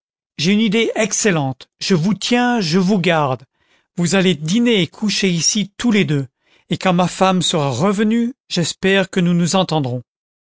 j'ai une idée excellente je vous tiens je vous garde vous allez dîner et coucher ici tous les deux et quand ma femme sera revenue j'espère que nous nous entendrons